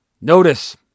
Notice